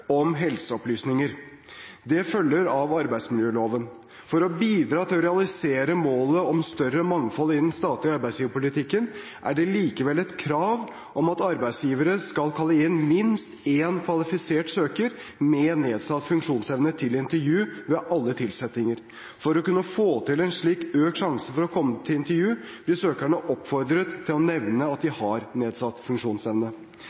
om helseopplysninger. Det følger av arbeidsmiljøloven. For å bidra til å realisere målet om større mangfold i den statlige arbeidsgiverpolitikken er det likevel et krav om at arbeidsgivere skal kalle inn minst én kvalifisert søker med nedsatt funksjonsevne til intervju ved alle tilsettinger. For å kunne få en slik økt sjanse for å komme til intervju, blir søkerne oppfordret til å nevne at de har nedsatt funksjonsevne.